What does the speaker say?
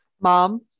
Mom